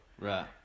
Right